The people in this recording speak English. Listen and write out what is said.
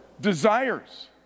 desires